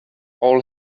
all